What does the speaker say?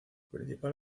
principal